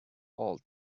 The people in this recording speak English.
all